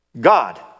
God